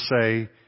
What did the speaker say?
say